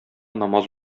намаз